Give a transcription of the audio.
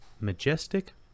majestic